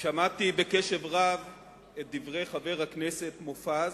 שמעתי בקשב רב את דברי חבר הכנסת מופז,